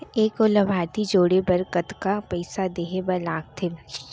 एक अऊ लाभार्थी जोड़े बर कतका पइसा देहे बर लागथे?